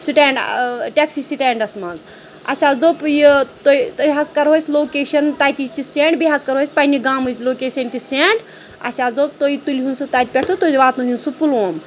stand taxi سٹینٛڈَس منٛز اَسہِ حظ دوٚپ یہِ تُہۍ تُہۍ حظ کَرو أسۍ لوکیشَن تَتِچ تہِ سٮ۪نٛڈ بیٚیہِ حظ کَرو أسۍ پنٛنہِ گامٕچ لوکیشَن تہِ سٮ۪نٛڈ اَسہِ حظ دوٚپ تُہۍ تُلِہُن سُہ تَتہِ پٮ۪ٹھ تہٕ تُہۍ واتنٲوُن سُہ پُلووم